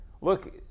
Look